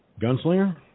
Gunslinger